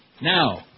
Now